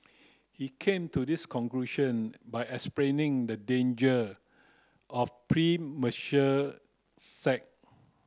he came to this conclusion by explaining the danger of premarital